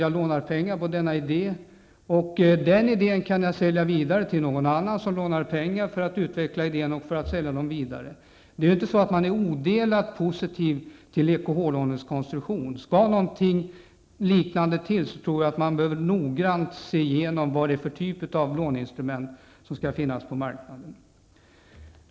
Jag lånar pengar på basis av idén, som kan säljas vidare till någon annan som lånar pengar för att utveckla och sedan sälja vidare i sin tur. Man är inte odelat positiv till EKH-lånens konstruktion. Skall någonting liknande till tror jag att man behöver noggrant se vad det är för typ av låneinstrument som skall finnas på marknaden.